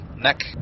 neck